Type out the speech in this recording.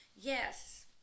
Yes